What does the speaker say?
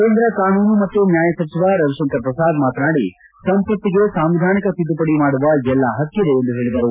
ಕೇಂದ್ರ ಕಾನೂನು ಮತ್ತು ನ್ವಾಯ ಸಚಿವ ರವಿಶಂಕರ ಪ್ರಸಾದ್ ಮಾತನಾಡಿ ಸಂಸತ್ತಿಗೆ ಸಾಂವಿಧಾನಿಕ ತಿದ್ದುಪಡಿ ಮಾಡುವ ಎಲ್ಲ ಪಕ್ಕಿದೆ ಎಂದು ಹೇಳಿದರು